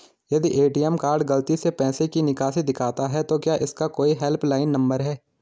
यदि ATM card गलती से पैसे की निकासी दिखाता है तो क्या इसका कोई हेल्प लाइन नम्बर है?